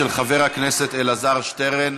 של חבר הכנסת אלעזר שטרן.